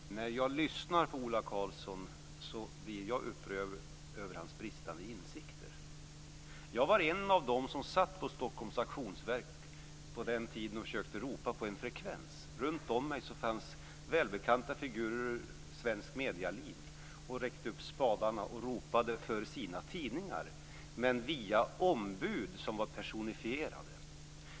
Fru talman! Ola Karlsson säger sig vara upprörd över stopplagen. När jag lyssnar på Ola Karlsson blir jag upprörd över hans bristande insikter. Jag var en av de som satt på Stockholms Auktionsverk på den tiden och försökte ropa på en frekvens. Runtom mig fanns välbekanta figurer i svenskt medieliv och räckte upp spadarna och ropade för sina tidningar, men via ombud som var personer.